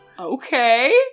Okay